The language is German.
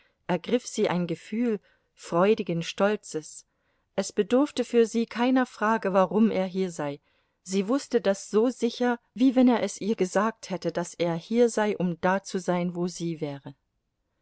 ergriff sie ein gefühl freudigen stolzes es bedurfte für sie keiner frage warum er hier sei sie wußte das so sicher wie wenn er es ihr gesagt hätte daß er hier sei um da zu sein wo sie wäre